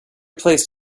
placed